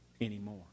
anymore